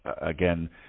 Again